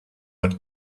what